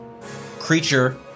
creature